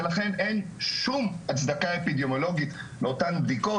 ולכן אין שום הצדקה אפידמיולוגית לאותן בדיקות,